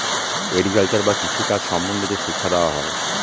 agriculture বা কৃষি কাজ সম্বন্ধে যে শিক্ষা দেওয়া হয়